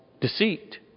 deceit